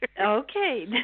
Okay